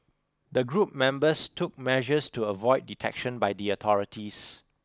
the group members took measures to avoid detection by the authorities